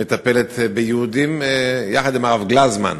מטפלת ביהודים, יחד עם הרב גלזמן,